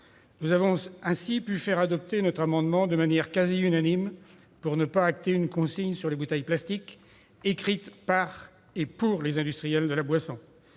nous avons pu faire adopter notre amendement de manière quasi unanime et ne pas acter une consigne sur les bouteilles plastiques écrite par et pour les industriels de la boisson.